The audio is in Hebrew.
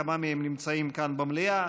כמה מהם נמצאים כאן במליאה,